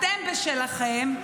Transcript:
אתם בשלכם,